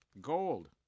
Gold